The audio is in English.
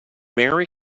merry